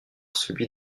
celui